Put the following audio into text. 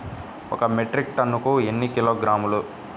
ఒక మెట్రిక్ టన్నుకు ఎన్ని కిలోగ్రాములు?